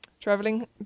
traveling